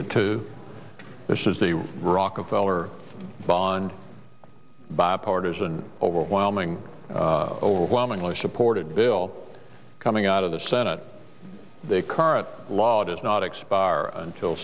to two this is the rockefeller bond bipartisan overwhelming overwhelmingly supported bill coming out of the senate the current law does not expire until